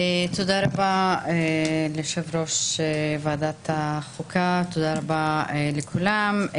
תודה רבה ליו"ר ועדת החוקה, תודה רבה לכולם.